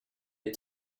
est